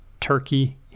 turkey